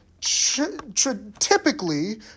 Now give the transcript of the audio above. typically